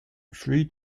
three